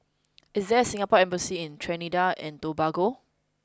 is there a Singapore embassy in Trinidad and Tobago